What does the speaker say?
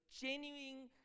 genuine